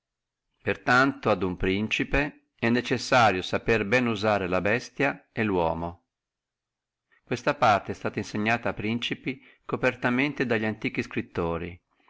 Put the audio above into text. tanto a uno principe è necessario sapere bene usare la bestia e lo uomo questa parte è suta insegnata a principi copertamente dalli antichi scrittori